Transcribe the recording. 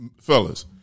fellas